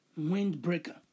windbreaker